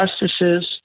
justices